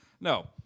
no